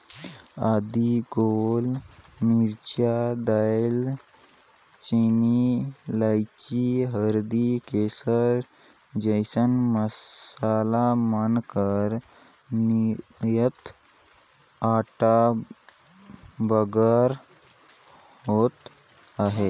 आदी, गोल मरीच, दाएल चीनी, लाइची, हरदी, केसर जइसन मसाला मन कर निरयात अब्बड़ बगरा होत अहे